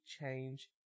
change